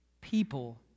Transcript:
people